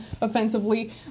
offensively